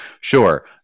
sure